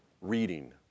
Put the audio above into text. reading